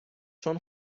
چون